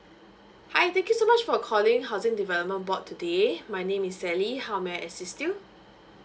hi thank you so much for calling housing development board today my name is sally how may I assist you